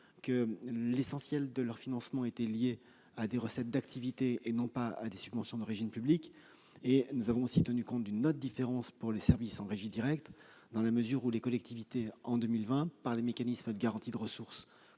que l'essentiel de leur financement était lié à des recettes d'activité, et non pas à des subventions d'origine publique. Nous avons aussi tenu compte d'une autre différence pour les services en régie directe, dans la mesure où, en 2020, les collectivités, tant par les mécanismes de garantie de ressources